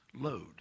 load